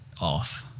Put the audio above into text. off